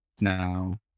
Now